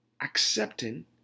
accepting